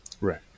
Right